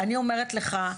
אני אומרת לך,